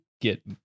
get